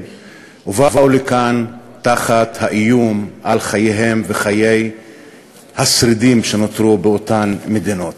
ובאו לכאן תחת האיום על חייהם וחיי השרידים שנותרו באותן מדינות.